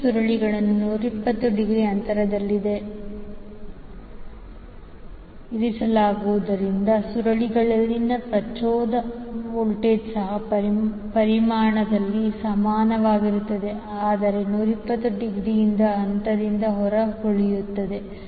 ಈಗ ಸುರುಳಿಗಳನ್ನು 120 ಡಿಗ್ರಿ ಅಂತರದಲ್ಲಿ ಇರಿಸಲಾಗಿರುವುದರಿಂದ ಸುರುಳಿಗಳಲ್ಲಿನ ಪ್ರಚೋದಕ ವೋಲ್ಟೇಜ್ ಸಹ ಪರಿಮಾಣದಲ್ಲಿ ಸಮಾನವಾಗಿರುತ್ತದೆ ಆದರೆ 120 ಡಿಗ್ರಿಯಿಂದ ಹಂತದಿಂದ ಹೊರಗುಳಿಯುತ್ತದೆ